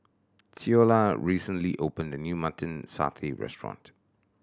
Ceola recently opened a new Mutton Satay restaurant